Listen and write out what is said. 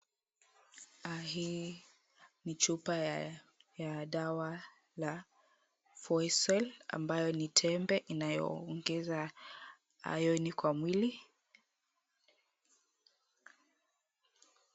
Hili ni chupa la dawa la Foisoil ambayo ni tembe inayoongeza ayoni kwa mwili.